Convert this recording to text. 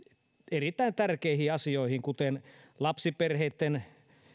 erittäin tärkeisiin asioihin kuten lapsiperheiden